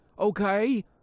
Okay